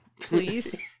Please